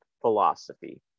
philosophy